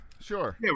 Sure